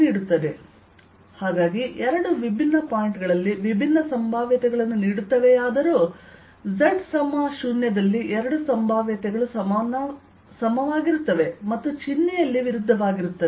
ಆದ್ದರಿಂದ ಎರಡು ವಿಭಿನ್ನ ಪಾಯಿಂಟ್ ಗಳಲ್ಲಿ ವಿಭಿನ್ನ ಸಂಭಾವ್ಯತೆಗಳನ್ನು ನೀಡುತ್ತವೆಯಾದರೂ z 0 ನಲ್ಲಿ ಎರಡು ಸಂಭಾವ್ಯತೆಗಳು ಸಮಾನವಾಗಿರುತ್ತವೆ ಮತ್ತು ಚಿಹ್ನೆಯಲ್ಲಿ ವಿರುದ್ಧವಾಗಿರುತ್ತದೆ